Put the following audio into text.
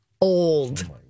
old